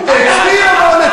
נתניהו, יואל, מה קרה?